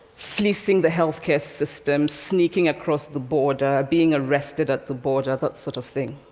fleecing the healthcare system, sneaking across the border, being arrested at the border, that sort of thing.